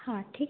हाँ ठीक है